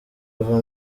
ava